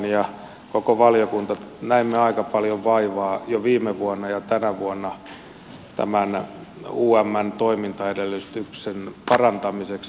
me koko valiokunta näimme aika paljon vaivaa jo viime vuonna ja tänä vuonna umn toimintaedellytysten parantamiseksi